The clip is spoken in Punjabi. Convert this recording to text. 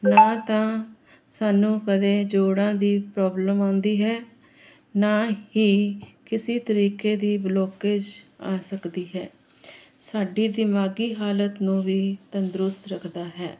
ਨਾ ਤਾਂ ਸਾਨੂੰ ਕਦੇ ਜੋੜਾਂ ਦੀ ਪ੍ਰੋਬਲਮ ਆਉਂਦੀ ਹੈ ਨਾ ਹੀ ਕਿਸੇ ਤਰੀਕੇ ਦੀ ਬਲੋਕੇਜ ਆ ਸਕਦੀ ਹੈ ਸਾਡੀ ਦਿਮਾਗੀ ਹਾਲਤ ਨੂੰ ਵੀ ਤੰਦਰੁਸਤ ਰੱਖਦਾ ਹੈ